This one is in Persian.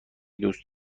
دوست